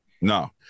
No